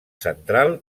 central